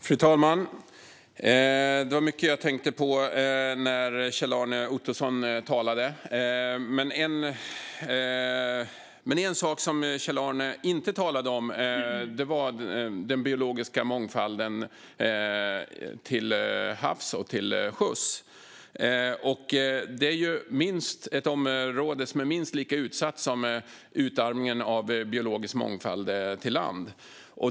Fru talman! Det var mycket jag tänkte på när Kjell-Arne Ottosson talade. Men en sak som han inte talade om var den biologiska mångfalden till havs och till sjöss. Det är ett område som är minst lika utsatt som utarmningen av biologisk mångfald till lands.